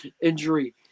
injury